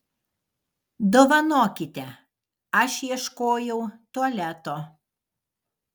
dovanokite aš ieškojau tualeto